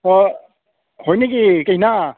অঁ হয় নেকি কেইনা